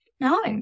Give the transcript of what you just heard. no